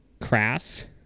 crass